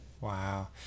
Wow